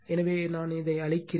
எனவே அதை அழிக்கிறேன்